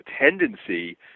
tendency